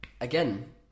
again